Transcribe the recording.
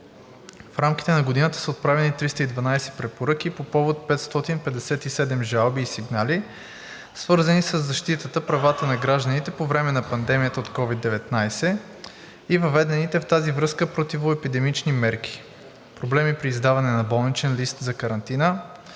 В рамките на годината са отправени 312 препоръки по повод 557 жалби и сигнали, свързани със защита правата на гражданите по време на пандемията от COVID-19 и въведените в тази връзка противоепидемични мерки; проблеми при издаване на болничен лист за карантина;